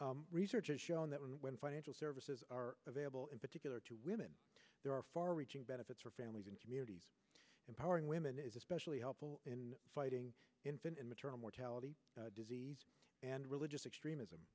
used research has shown that when financial services are available in particular to women there are far reaching benefits for families and communities empowering women is especially helpful in fighting infant and maternal mortality disease and religious extremism